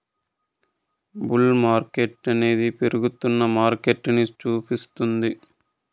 bull మార్కెట్టనేది పెరుగుతున్న మార్కెటని సూపిస్తుంది